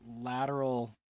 lateral